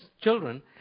children